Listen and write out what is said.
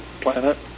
planet